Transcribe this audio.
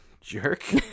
Jerk